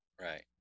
Right